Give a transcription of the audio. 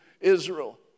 Israel